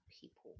people